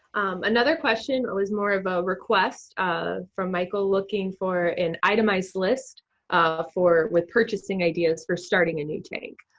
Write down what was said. another question, it was more of a request from michael looking for an itemized list um for, with purchasing ideas for starting a new tank.